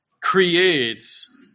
creates